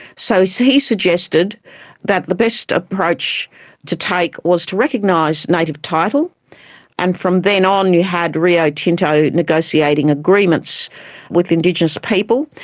so so he suggested that the best approach to take was to recognise native title and from then on you had rio tinto negotiating agreements with indigenous people.